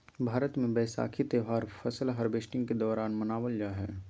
भारत मे वैसाखी त्यौहार फसल हार्वेस्टिंग के दौरान मनावल जा हय